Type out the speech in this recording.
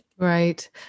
Right